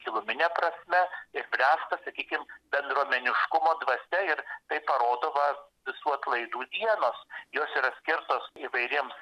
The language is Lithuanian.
gilumine prasme ir bręsta sakykim bendruomeniškumo dvasia ir tai parodo va visų atlaidų dienos jos yra skirtos įvairiems